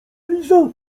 liza